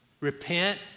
Repent